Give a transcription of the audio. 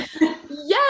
yes